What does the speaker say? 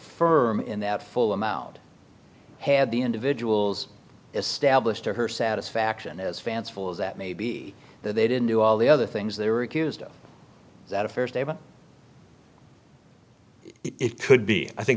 firm in that full amount had the individuals established to her satisfaction as fanciful as that may be that they didn't do all the other things they were accused of that a fair statement it could be i think